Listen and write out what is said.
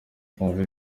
twumva